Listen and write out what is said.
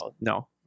No